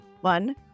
one